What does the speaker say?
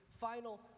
final